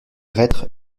reîtres